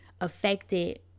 affected